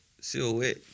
silhouette